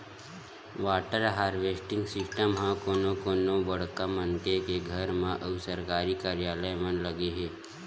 water harvesting system ह कोनो कोनो बड़का मनखे के घर म अउ सरकारी कारयालय म लगे हे